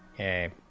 a